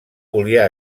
volia